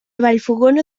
vallfogona